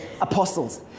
apostles